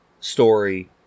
story